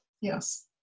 Yes